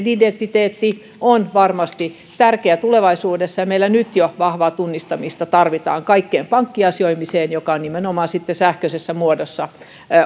identiteetti on varmasti tärkeä tulevaisuudessa ja meillä nyt jo vahvaa tunnistamista tarvitaan kaikkeen pankkiasioimiseen joka on nimenomaan sähköisessä muodossa